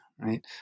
right